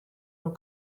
nhw